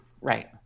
Right